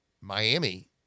Miami